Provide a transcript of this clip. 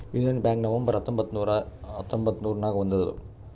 union bank November ಹತ್ತೊಂಬತ್ತ್ ನೂರಾ ಹತೊಂಬತ್ತುರ್ನಾಗ್ ಬಂದುದ್